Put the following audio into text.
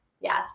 Yes